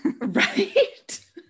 right